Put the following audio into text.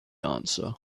answer